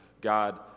God